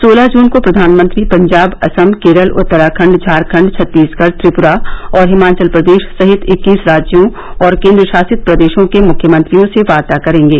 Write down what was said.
सोरह जून को प्रधानमंत्री पंजाब असम केरल उत्तराखंड झारखंड छत्तीसगढ त्रिपुरा और हिमाचल प्रदेश सहित इक्कीस राज्यों और केन्द्रशासित प्रदेशों के मुख्यमंत्रियों से वार्ता करेंगे